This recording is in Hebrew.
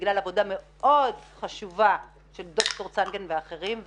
בגלל עבודה מאוד חשובה של דוקטור צנגן ואחרים,